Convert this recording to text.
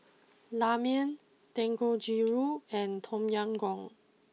Ramen Dangojiru and Tom Yam Goong